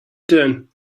doing